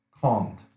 calmed